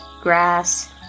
grass